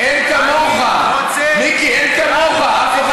ממך אני לא רוצה כלום, שום דבר.